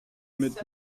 mit